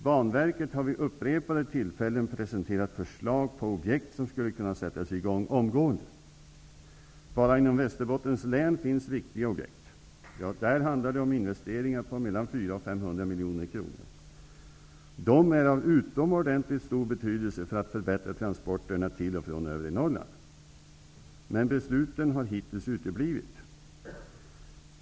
Banverket har vid upprepade tillfällen presenterat förslag på objekt som skulle kunna sättas i gång omgående. Enbart inom Västerbottens län finns viktiga objekt. Det handlar där om investeringar på 400--500 miljoner kronor. De är av utomordentligt stor betydelse för att förbättra transporterna till och från övre Norrland. Men besluten har hittills uteblivit.